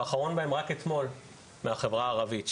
והאחרון בהם רק אתמול בחברה הערבית,